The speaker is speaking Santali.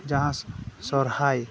ᱡᱟᱦᱟᱸ ᱥᱚᱨᱦᱟᱭ